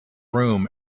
room